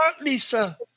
lisa